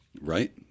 Right